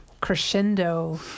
crescendo